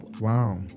Wow